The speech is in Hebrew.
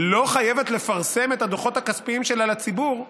לא חייבת לפרסם את הדוחות הכספיים שלה לציבור,